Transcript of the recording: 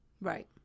Right